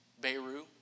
Beirut